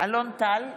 אלון טל,